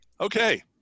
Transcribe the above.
Okay